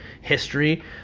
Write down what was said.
history